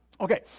Okay